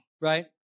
right